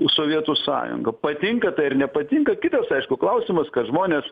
sovietų sąjunga patinka tai ar nepatinka kitas aišku klausimas kad žmonės